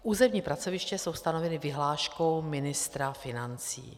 Územní pracoviště jsou stanovena vyhláškou ministra financí.